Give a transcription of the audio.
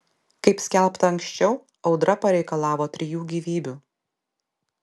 kaip skelbta anksčiau audra pareikalavo trijų gyvybių